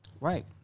Right